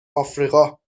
افریقا